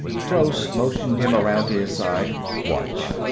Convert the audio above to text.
gross motioned him around to his side. watch!